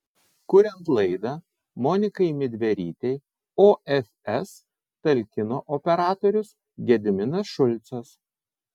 kuriant laidą monikai midverytei ofs talkino operatorius gediminas šulcas